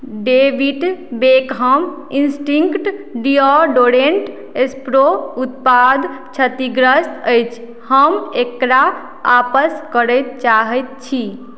David Beckham instinct deodorant spray उत्पाद क्षतिग्रस्त अछि हम एकरा आपस करय चाहैत छी